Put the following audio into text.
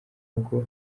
bwo